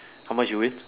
how much you win